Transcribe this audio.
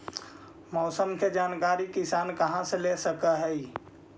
मौसम के जानकारी किसान कहा से ले सकै है?